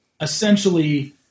essentially